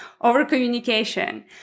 over-communication